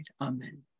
Amen